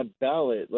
ballot